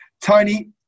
Tony